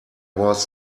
was